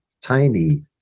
tiny